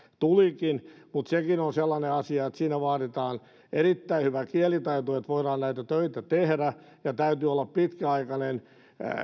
tulikin mutta sekin on sellainen asia että siinä vaaditaan erittäin hyvä kielitaito että voidaan näitä töitä tehdä ja täytyy olla pitkäaikainen